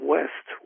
West